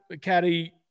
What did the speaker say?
caddy